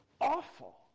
awful